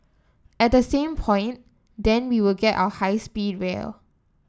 at the same point then we will get our high speed rail